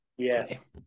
Yes